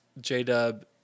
J-Dub